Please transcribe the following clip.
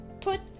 put